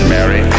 Mary